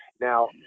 Now